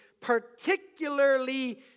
particularly